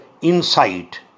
insight